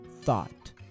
thought